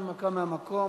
הנמקה מהמקום.